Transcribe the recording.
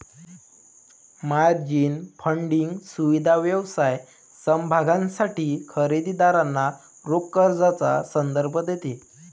margin funding सुविधा व्यवसाय समभागांसाठी खरेदी दारांना रोख कर्जाचा संदर्भ देते